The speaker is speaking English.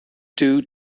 due